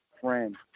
friend